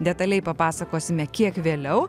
detaliai papasakosime kiek vėliau